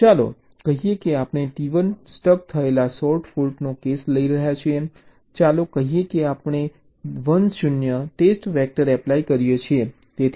ચાલો કહીએ કે આપણે T1 સ્ટક થયેલા શોર્ટ ફોલ્ટનો કેસ લઈએ છીએ ચાલો કહીએ કે આપણે 1 0 ટેસ્ટ વેક્ટર એપ્લાય કરીએ છીએ